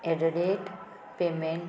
at the rate payment